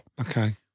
Okay